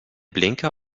blinker